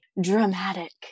dramatic